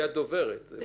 היא הדוברת.